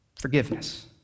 Forgiveness